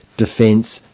defence,